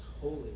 holy